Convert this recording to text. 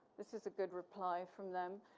this is a good reply from them.